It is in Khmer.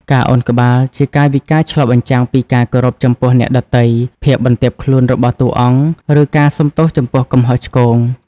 ការឱនក្បាល ជាកាយវិការឆ្លុះបញ្ចាំងពីការគោរពចំពោះអ្នកដទៃ ភាពបន្ទាបខ្លួនរបស់តួអង្គ ឬការសុំទោសចំពោះកំហុសឆ្គង។